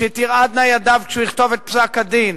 שתרעדנה ידיו כשהוא יכתוב את פסק-הדין,